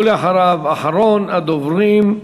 ואחריו, אחרון הדוברים.